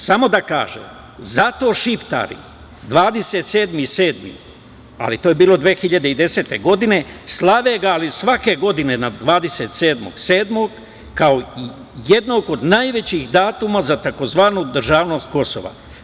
Samo da kažem, zato šiptari 27.7. ali to je bilo 2010. godine, slave ga, ali svake godine na 27.7. kao jednog od najvećih datuma za tzv. državnost Kosova.